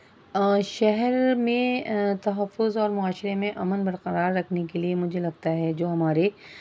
اور شہر میں تحفظ اور معاشرے میں امن برقرار رکھنے کے لیے مجھے لگتا ہے جو ہمارے